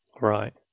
Right